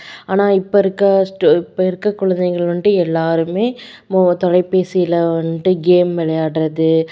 ஆனால் இப்போ இருக்க ஸ்டூ இப்போ இருக்க குழந்தைகள் வந்துட்டு எல்லோருமே மொ தொலைபேசியில் வந்துட்டு கேம் விளையாட்றது